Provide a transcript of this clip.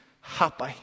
happy